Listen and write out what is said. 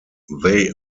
they